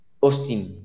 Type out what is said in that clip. Austin